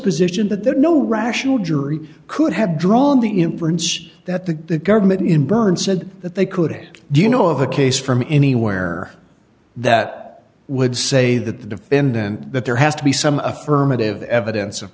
position that there are no rational jury could have drawn the inference that the government in berne said that they could do you know of a case from anywhere that would say that the defendant that there has to be some affirmative evidence of